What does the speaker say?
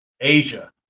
Asia